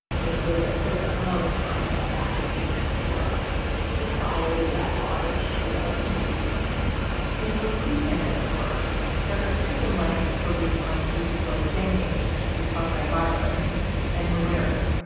you know, the the amount of time that that takes for a society at large to develop immunity in her pre pandemic work dr. kirsten, like, focused on diseases like dine, yeah which is caused by a virus and malaria,